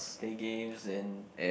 play games and